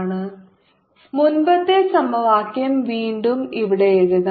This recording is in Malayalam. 3I1I2RI203I13RI2010I13I220 V മുമ്പത്തെ സമവാക്യം വീണ്ടും ഇവിടെ എഴുതാം